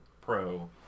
Pro